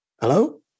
Hello